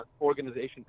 organization